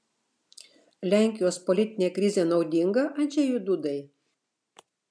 lenkijos politinė krizė naudinga andžejui dudai